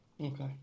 Okay